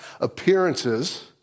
appearances